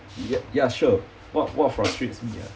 ya ya sure what what frustrates me ah